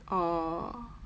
oh